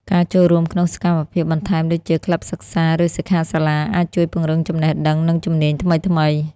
ការចូលរួមក្នុងសកម្មភាពបន្ថែមដូចជាក្លឹបសិក្សា ឬសិក្ខាសាលាអាចជួយពង្រឹងចំណេះដឹង និងជំនាញថ្មីៗ។